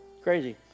Crazy